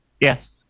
yes